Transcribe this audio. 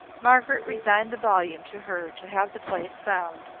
margaret resigned the volume to her to have the place found,